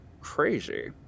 Crazy